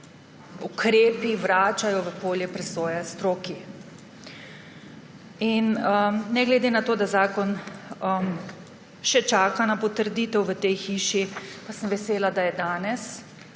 ukrepi vračajo v polje presoje stroki. Ne glede na to, da zakon še čaka na potrditev v tej hiši, pa sem vesela, da je danes